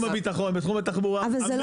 הביטחון בתחום התחבורה -- אבל זה לא אפס.